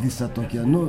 visą tokią nu